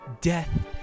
death